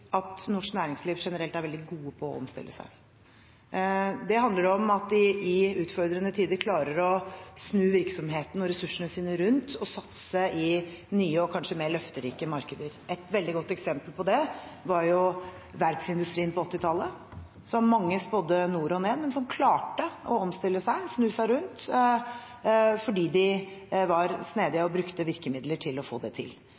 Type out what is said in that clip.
at man i norsk næringsliv generelt er veldig god på å omstille seg. Det handler om at de i utfordrende tider klarer å snu virksomheten og ressursene sine rundt og satse i nye og kanskje mer løfterike markeder. Et veldig godt eksempel på det var jo verftsindustrien på 1980-tallet, som mange spådde nord og ned, men som klarte å omstille seg, snu seg rundt, fordi de var snedige og brukte virkemidler til å få det til.